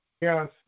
Yes